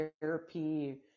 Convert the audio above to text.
therapy